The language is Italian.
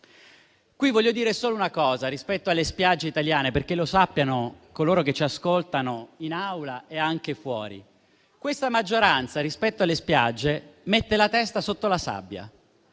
Voglio dire solo una cosa rispetto alle spiagge italiane, affinché lo sappiano coloro che ci ascoltano in Aula e anche fuori: questa maggioranza rispetto alle spiagge mette la testa sotto la sabbia.